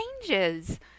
changes